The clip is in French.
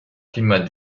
climat